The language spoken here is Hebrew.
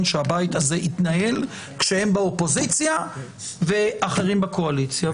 שהבית הזה יתנהל כשהם באופוזיציה ואחרים בקואליציה.